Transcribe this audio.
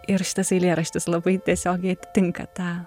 ir šitas eilėraštis labai tiesiogiai atitinka tą